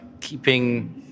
keeping